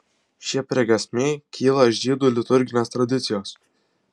šie priegiesmiai kyla iš žydų liturginės tradicijos